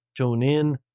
TuneIn